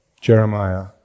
Jeremiah